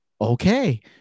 okay